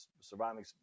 surviving